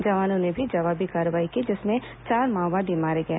जवानों ने भी जवाबी कार्रवाई की जिसमें चार माओवादी मारे गए